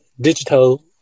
digital